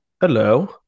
hello